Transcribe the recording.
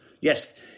Yes